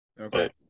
okay